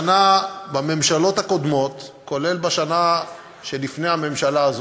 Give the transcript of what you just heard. בממשלות הקודמות, כולל בשנה שלפני הממשלה הזאת,